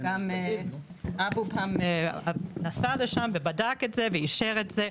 גם --- פעם נסע לשם ובדק את זה ואישר את זה.